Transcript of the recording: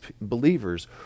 believers